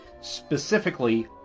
Specifically